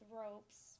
ropes